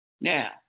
Now